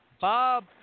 Bob